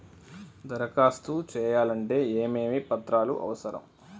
దరఖాస్తు చేయాలంటే ఏమేమి పత్రాలు అవసరం?